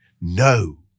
No